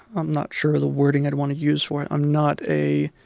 i'm not sure of the wording i want to use for it. i'm not a